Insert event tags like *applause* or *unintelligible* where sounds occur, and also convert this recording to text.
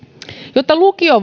jotta lukio *unintelligible*